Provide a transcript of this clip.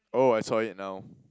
oh I saw it now